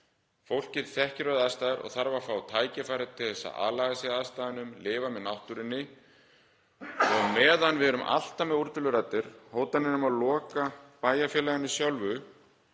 Fólkið þekkir aðstæður og þarf að fá tækifæri til að aðlaga sig aðstæðunum, lifa með náttúrunni. Á meðan við erum alltaf með úrtöluraddir og hótanir um að loka bæjarfélaginu sjálfu